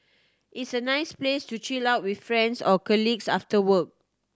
it's a nice place to chill out with friends or colleagues after work